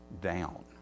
down